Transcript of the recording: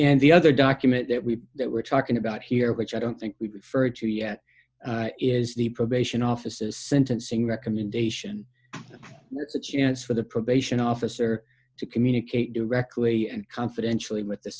and the other document that we that we're talking about here which i don't think we've heard too yet is the probation officer sentencing recommendation it's a chance for the probation officer to communicate directly and confidentially with the